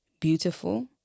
beautiful